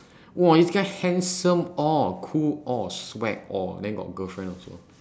!whoa! this guy handsome all cool all swag all then got girlfriend also